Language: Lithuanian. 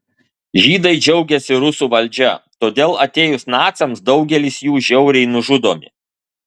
žydai džiaugiasi rusų valdžia todėl atėjus naciams daugelis jų žiauriai nužudomi